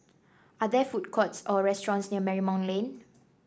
are there food courts or restaurants near Marymount Lane